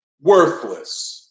worthless